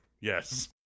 Yes